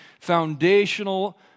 foundational